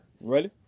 Ready